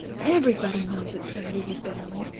everybody knows it, said ruby bitterly.